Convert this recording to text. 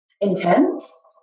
intense